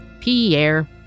Pierre